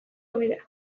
hobea